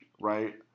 right